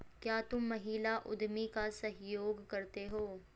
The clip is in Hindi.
क्या तुम महिला उद्यमी का सहयोग करते हो?